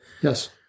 Yes